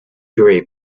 grey